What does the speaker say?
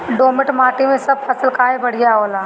दोमट माटी मै सब फसल काहे बढ़िया होला?